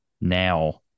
now